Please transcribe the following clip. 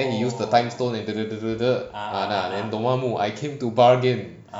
then you use the time stone and ah then dormammu I came to bargain